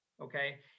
okay